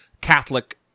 catholic